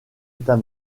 état